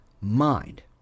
mind